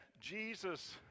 Jesus